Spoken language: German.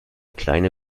kleine